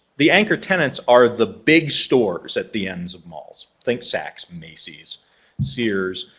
the anchor tenants are the big stores at the ends of malls, think saks macy's sears,